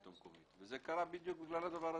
וזה קרה בדיוק בגלל הדבר הזה,